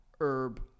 herb